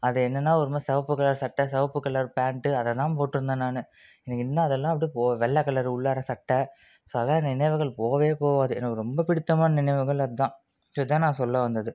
அது என்னன்னா ஒரு மாதிரி சிவப்பு கலர் சட்டை சிவப்பு கலர் பேண்ட்டு அதைதான் போட்டுருந்த நான் எனக்கு இன்னும் அதெல்லாம் அப்படியே போ வெள்ள கலரு உள்ளார சட்டை ஸோ அதெல்லாம் நினைவுகள் போகவே போவாது எனக்கு ரொம்ப பிடித்தமான நினைவுகள் அதான் ஸோ இதான் நான் சொல்ல வந்தது